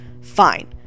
Fine